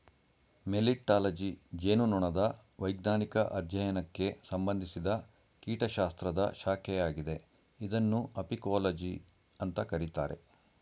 melittology ಜೇನುನೊಣದ ವೈಜ್ಞಾನಿಕ ಅಧ್ಯಯನಕ್ಕೆ ಸಂಬಂಧಿಸಿದ ಕೀಟಶಾಸ್ತ್ರದ ಶಾಖೆಯಾಗಿದೆ ಇದನ್ನು ಅಪಿಕೋಲಜಿ ಅಂತ ಕರೀತಾರೆ